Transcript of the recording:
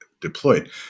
deployed